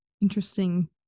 interesting